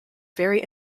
very